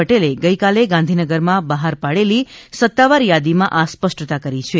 પટેલે ગઇકાલે ગાંધીનગરમાં બહાર પાડેલી સત્તાવાર યાદીમાં આ સ્પષ્ટતા કરી છે